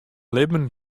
libben